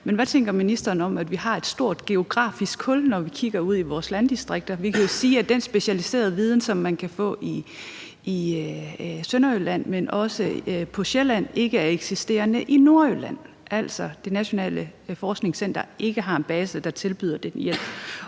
men hvad tænker ministeren om, at vi har et stort geografisk hul, når vi kigger ud i vores landdistrikter. Vi kan jo se, at den specialiserede viden, som man har i Sønderjylland, men også på Sjælland, ikke er eksisterende i Nordjylland. Altså, Det Nationale Sorgcenter har ikke en base dér, der tilbyder den hjælp,